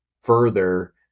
further